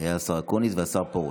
היו השר אקוניס והשר פרוש.